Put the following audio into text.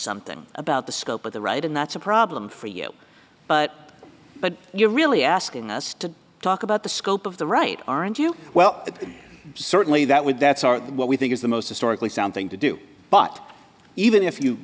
something about the scope of the right and that's a problem for you but but you're really asking us to talk about the scope of the right aren't you well certainly that would that's what we think is the most historically sound thing to do but even if you